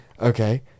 Okay